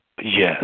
Yes